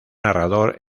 narrador